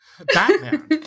Batman